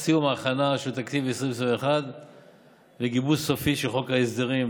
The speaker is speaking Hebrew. ההכנה של תקציב 2021 וגיבוש סופי של חוק ההסדרים